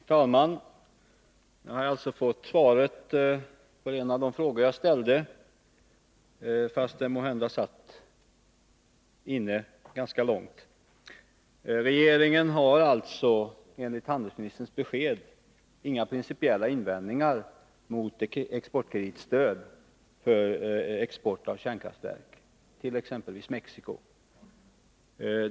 Herr talman! Jag har alltså fått svaret på en av de frågor jag ställde, fast det måhända satt ganska långt inne. Regeringen har enligt handelsministerns besked inga principiella invändningar mot exportkreditstöd för export av kärnkraftverk till exempelvis Mexico.